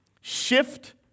Shift